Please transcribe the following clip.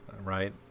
Right